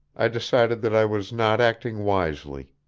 i decided that i was not acting wisely.